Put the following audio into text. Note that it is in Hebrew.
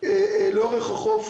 לאורך החוף,